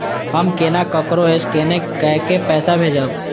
हम केना ककरो स्केने कैके पैसा भेजब?